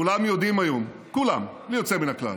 כולם יודעים היום, כולם בלי יוצא מן הכלל,